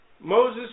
Moses